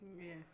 Yes